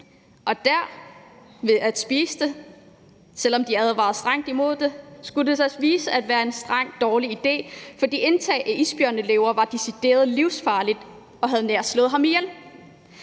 Og der, da han spiste det, selv om de advarede ham strengt imod det, skulle det vise sig at være en meget dårlig idé, fordi indtag af isbjørnelever var decideret livsfarligt og nær havde slået ham ihjel.